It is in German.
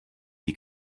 die